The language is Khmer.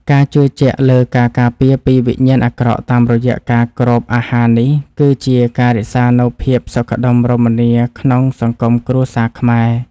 ការជឿជាក់លើការការពារពីវិញ្ញាណអាក្រក់តាមរយៈការគ្របអាហារនេះ គឺជាការរក្សានូវភាពសុខដុមរមនាក្នុងសង្គមគ្រួសារខ្មែរ។